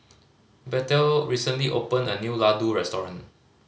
Bethel recently opened a new Ladoo Restaurant